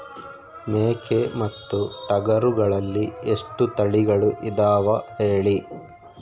ಮೇಕೆ ಮತ್ತು ಟಗರುಗಳಲ್ಲಿ ಎಷ್ಟು ತಳಿಗಳು ಇದಾವ ಹೇಳಿ?